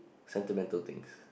sentimental things